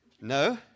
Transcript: No